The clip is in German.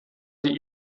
die